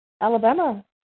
Alabama